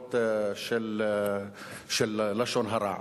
האחרונות של לשון הרע.